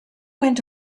went